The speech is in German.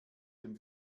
dem